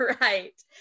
right